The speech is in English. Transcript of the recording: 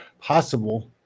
possible